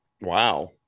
Wow